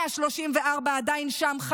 134 עדיין שם,